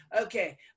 Okay